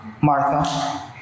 Martha